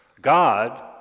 God